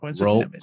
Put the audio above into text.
roll